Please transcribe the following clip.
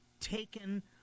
taken